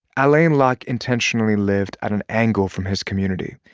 alain locke intentionally lived at an angle from his community.